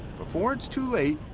before it's too late,